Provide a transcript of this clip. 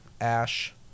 ash